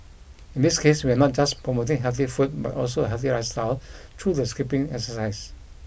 in this case we are not just promoting healthy food but also a healthy lifestyle through the skipping exercise